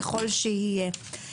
ככל שיהיה.